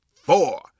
Four